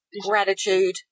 gratitude